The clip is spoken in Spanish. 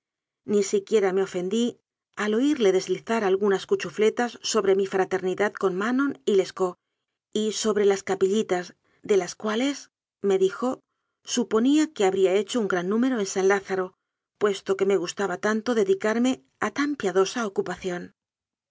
ni siquiera me ofendí al oirle desli zar algunas cuchufletas sobre mi fraternidad con manon y lescaut y sobre las capillitas de las cua lesme dijosuponía que habría hecho un gran número en san lázaro puesto que me gustaba tanto dedicarme a tan piadosa ocupaciórf